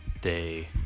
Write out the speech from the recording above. day